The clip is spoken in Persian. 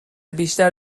بیشتر